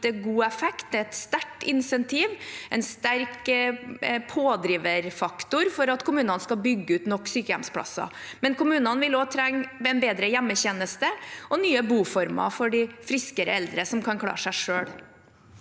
et sterkt insentiv, en sterk pådriverfaktor, for at kommunene skal bygge ut nok sykehjemsplasser. Men kommunene vil også trenge en bedre hjemmetjeneste og nye boformer for de friskere eldre som kan klare seg selv.